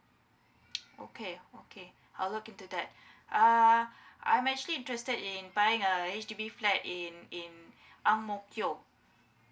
okay okay I'll look into that uh I'm actually interested in buying a H_D_B flat in in angmokio